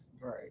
Right